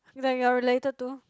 it's like you are related to